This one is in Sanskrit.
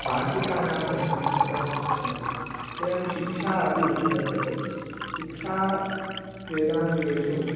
वार्तिकाणां रचनं कृतवन्तस्सन्ति एवं शिक्षा अपि वर्तते शिक्षा वेदाङ्गेषु